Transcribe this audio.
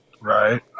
right